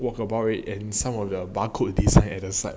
walk about it and some of their bar code design at the side